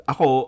Ako